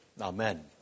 Amen